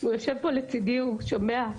הוא יושב פה לצידי, הוא שומע.